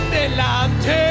delante